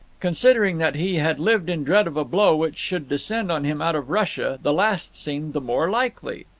considering that he had lived in dread of a blow which should descend on him out of russia, the last seemed the more likely.